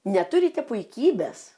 neturite puikybės